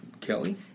Kelly